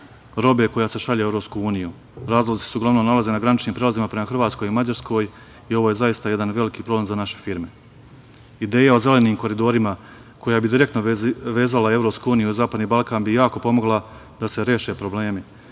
robe koja se šalje u EU. Razlozi su uglavnom nalaze na graničnim prelazima prema Hrvatskoj, Mađarskoj i ovo je zaista jedan veliki problem za naše firme. Ideja o zelenim koridorima koja bi direktno vezala EU i Zapadni Balkan bi jako pomogla da se reše problemi,